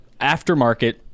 aftermarket